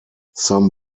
some